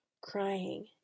crying